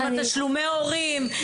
עם תשלומי ההורים,